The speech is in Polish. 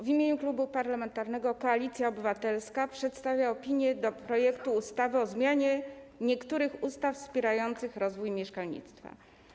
W imieniu Klubu Parlamentarnego Koalicja Obywatelska przedstawiam opinię dotyczącą projektu ustawy o zmianie niektórych ustaw wspierających rozwój mieszkalnictwa.